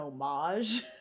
homage